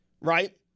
right